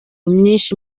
myinshi